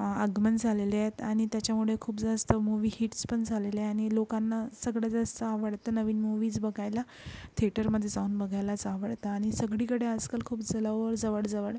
आगमन झालेले आहेत आणि त्याच्यामुळे खूप जास्त मूवी हिट्स पण झालेल्या आहे आणि लोकांना सगळ्यात जास्त आवडतं नवीन मूवीज बघायला थेटरमध्ये जाऊन बघायला जावळतं आणि सगळीकडे आजकाल खूप जलाओल जवळजवळ